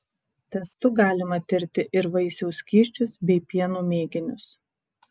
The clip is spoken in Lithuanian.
testu galima tirti ir vaisiaus skysčius bei pieno mėginius